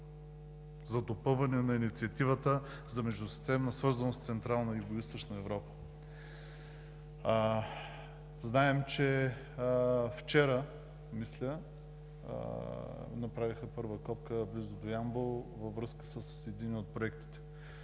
за допълване на инициативата за междусистемна свързаност с Централна и Югоизточна Европа. Мисля, вчера направиха първа копка близо до Ямбол във връзка с един от проектите